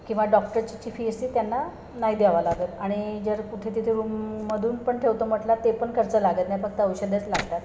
किंवा डॉक्टरची ची फी असते त्यांना नाही द्यावं लागत आणि जर कुठे तिथे रूममधून पण ठेवतो म्हटला ते पण खर्च लागत नाही फक्त औषधेच लागतात